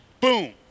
boom